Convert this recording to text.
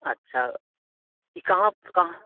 अच्छा ई कहाँ पे कहाँ